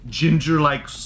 ginger-like